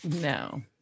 no